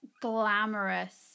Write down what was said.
glamorous